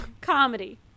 Comedy